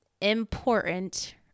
important